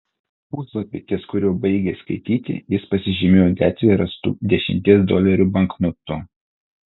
puslapį ties kuriuo baigė skaityti jis pasižymėjo gatvėje rastu dešimties dolerių banknotu